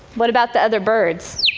what about the other birds?